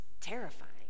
terrifying